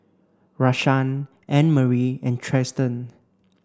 Rashaan Annmarie and Tristan